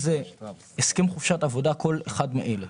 הסכם חופשת עבודה שנכללים בו תנאים כמפורט להלן,